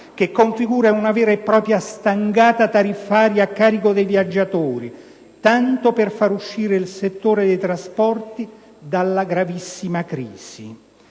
configurando una vera e propria stangata tariffaria a carico dei viaggiatori, tanto per far uscire il settore dei trasporti dalla gravissima crisi.